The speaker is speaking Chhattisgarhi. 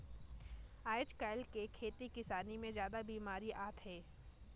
आयज कायल के खेती किसानी मे जादा बिमारी आत हे